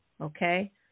Okay